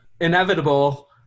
inevitable